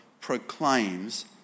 proclaims